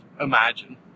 imagine